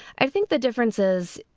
i think the differences.